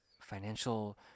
financial